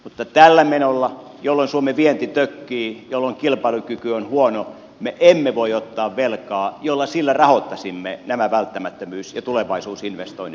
mutta tällä menolla jolloin suomen vienti tökkii jolloin kilpailukyky on huono me emme voi ottaa velkaa jolla rahoittaisimme nämä välttämättömyys ja tulevaisuusinvestoinnit